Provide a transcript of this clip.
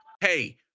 hey